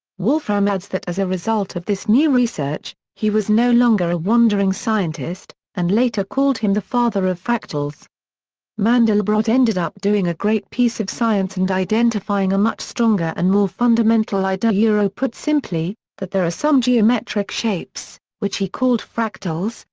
wolfram adds that as a result of this new research, he was no longer a wandering scientist, and later called him the father of fractals mandelbrot ended up doing a great piece of science and identifying a much stronger and more fundamental idea yeah put simply, that there are some geometric shapes, which he called fractals,